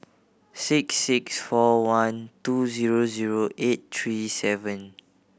six six four one two zero zero eight three seven